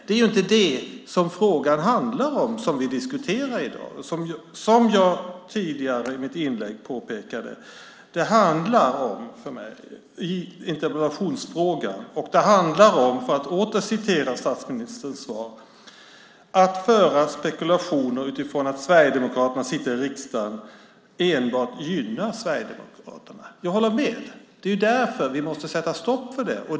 Det är ju inte det som den fråga vi diskuterar i dag handlar om, som jag påpekade i mitt inlägg tidigare. Det handlar om detta - jag citerar statsministerns svar: "Att föra spekulationer utifrån att Sverigedemokraterna sitter i riksdagen gynnar endast Sverigedemokraterna." Jag håller med. Det är därför vi måste sätta stopp för det.